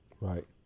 Right